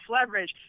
leverage